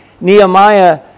Nehemiah